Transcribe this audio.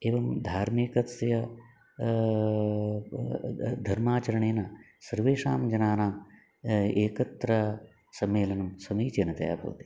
एवं धार्मिकस्य धर्माचरणेन सर्वेषां जनानाम् एकत्र सम्मेलनं समीचीनतया भवति